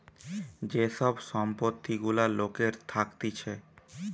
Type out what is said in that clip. যে সব সম্পত্তি গুলা লোকের থাকতিছে